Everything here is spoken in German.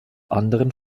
anderen